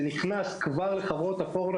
זה נכנס כבר לחברתו הפורנו.